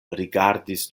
rigardis